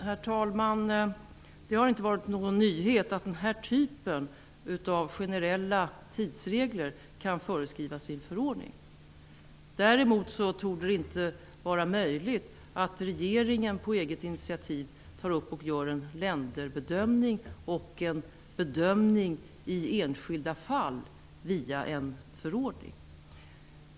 Herr talman! Det har inte varit någon nyhet att den här typen av generella tidsregler kan föreskrivas i en förordning. Däremot torde det inte vara möjligt att regeringen på eget initiativ tar upp och gör en länderbedömning och en bedömning i enskilda fall via en förordning.